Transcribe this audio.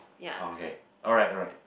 okay alright alright